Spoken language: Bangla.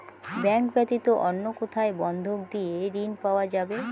ব্যাংক ব্যাতীত অন্য কোথায় বন্ধক দিয়ে ঋন পাওয়া যাবে?